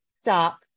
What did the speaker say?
stop